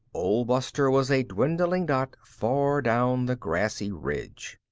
old buster was a dwindling dot far down the grassy ridge.